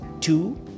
Two